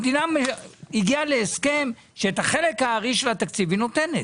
המדינה הגיעה להסכם שאת החלק הארי של התקציב היא נותנת.